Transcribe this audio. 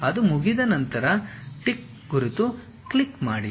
ಅದು ಮುಗಿದ ನಂತರ ಟಿಕ್ ಗುರುತು ಕ್ಲಿಕ್ ಮಾಡಿ